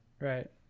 Right